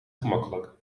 gemakkelijk